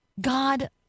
God